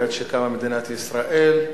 בעת שקמה מדינת ישראל,